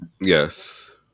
Yes